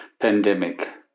pandemic